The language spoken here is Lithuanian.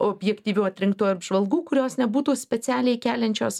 objektyvių atrinktų apžvalgų kurios nebūtų specialiai keliančios